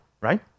right